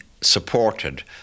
supported